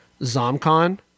Zomcon